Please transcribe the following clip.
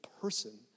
person